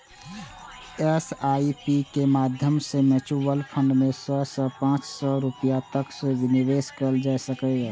SIP के माध्यम सं म्यूचुअल फंड मे सय सं पांच सय रुपैया तक सं निवेश कैल जा सकैए